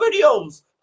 videos